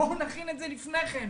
בואו נכין את זה לפני כן.